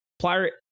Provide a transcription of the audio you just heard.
Pirate